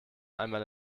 einmal